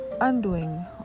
undoing